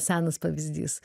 senas pavyzdys